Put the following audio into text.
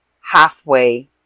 halfway